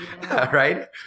right